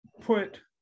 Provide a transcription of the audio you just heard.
put